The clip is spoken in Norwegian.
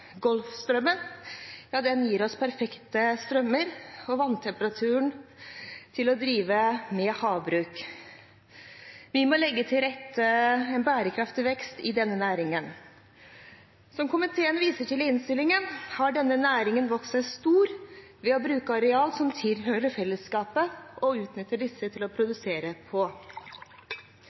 Golfstrømmen gir oss perfekte strømmer og vanntemperatur til å drive med havbruk. Vi må legge til rette for en bærekraftig vekst i denne næringen. Som komiteen viser til i innstillingen, har denne næringen vokst seg stor ved å bruke areal som tilhører fellesskapet, og utnytte dette til å produsere på.